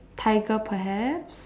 tiger perhaps